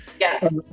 Yes